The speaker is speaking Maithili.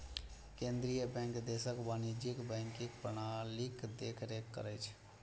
केंद्रीय बैंक देशक वाणिज्यिक बैंकिंग प्रणालीक देखरेख करै छै